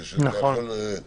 זה יכול לתקוע פרויקטים אדירים.